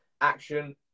Action